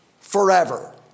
forever